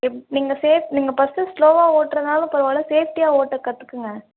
சரி நீங்கள் சேஃப் நீங்கள் ஃபர்ஸ்ட்டு ஸ்லோவாக ஓட்டுறதுனாலும் பரவால்ல சேஃப்டியாக ஓட்ட கற்றுக்குங்க